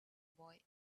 boy